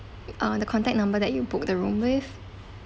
uh the contact number that you booked the room with